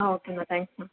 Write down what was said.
ஆ okay அண்ணா thanks அண்ணா